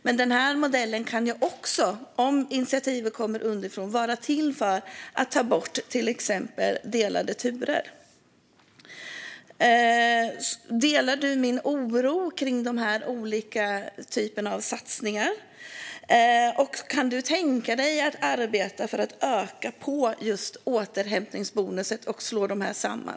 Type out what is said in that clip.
Men den modellen kan också, om initiativet kommer underifrån, vara till för att ta bort till exempel delade turer. Delar du min oro när det gäller de olika typerna av satsningar, och kan du tänka dig att arbeta för att öka just återhämtningsbonusen och slå dessa samman?